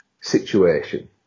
situation